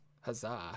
Huzzah